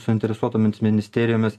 suinteresuotomis ministerijomis